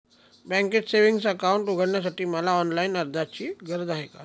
बँकेत savings account उघडण्यासाठी मला ऑनलाईन अर्जाची गरज आहे का?